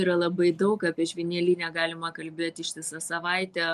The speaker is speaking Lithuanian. yra labai daug apie žvynelinę galima kalbėt ištisą savaitę